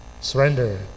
surrender